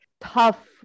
tough